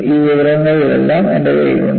ഈ വിവരങ്ങളെല്ലാം എൻറെ കയ്യിൽ ഉണ്ട്